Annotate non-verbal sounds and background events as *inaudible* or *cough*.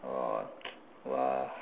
oh *noise* !wah!